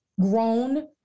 grown